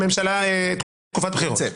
תקופת בחירות.